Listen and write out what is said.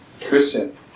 Christian